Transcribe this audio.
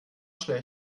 schlecht